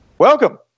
Welcome